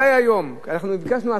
כי אנחנו ביקשנו הצעה לסדר-היום,